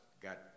got